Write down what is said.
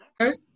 Okay